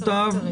המותב.